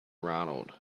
ronald